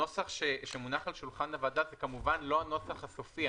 הנוסח שמונח על שולחן הוועדה הוא כמובן לא הנוסח הסופי.